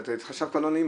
עכשיו כבר לא נעים,